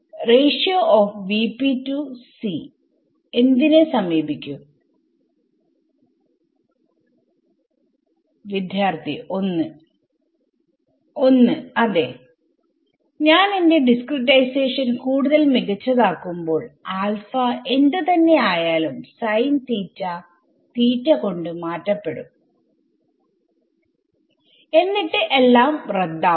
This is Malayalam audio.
ratio of Vp to c എന്തിനെ സമീപിക്കും വിദ്യാർത്ഥി 1 1 അതേഞാൻ എന്റെ ഡിസ്ക്രിടൈസേഷൻ കൂടുതൽ മികച്ചതക്കുമ്പോൾ ആൽഫ എന്ത് തന്നെ ആയാലും സൈൻ തീറ്റ തീറ്റ കൊണ്ട് മാറ്റപ്പെടും എന്നിട്ട് എല്ലാം റധ്ദാവും